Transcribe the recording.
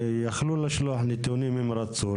יכלו לשלוח נתונים אם רצו.